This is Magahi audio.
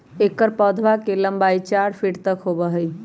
एकर पौधवा के लंबाई चार फीट तक होबा हई